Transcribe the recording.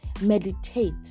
Meditate